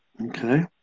Okay